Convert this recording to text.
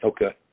Okay